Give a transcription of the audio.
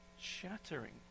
shattering